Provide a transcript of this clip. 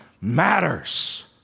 matters